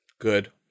good